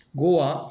Goa